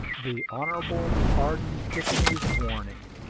the hon. pardon tiffany's warning.